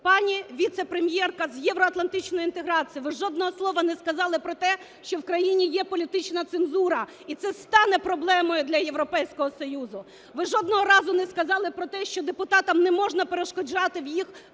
Пані віцепрем'єрка з євроатлантичної інтеграції, ви жодного слова не сказали про те, що в країні є політична цензура. І це стане проблемою для Європейського Союзу. Ви жодного разу не сказали про те, що депутатам не можна перешкоджати в їх